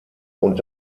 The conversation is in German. und